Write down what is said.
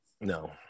No